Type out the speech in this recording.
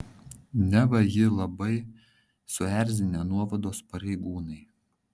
neva jį labai suerzinę nuovados pareigūnai